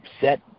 set